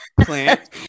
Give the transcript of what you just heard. Plant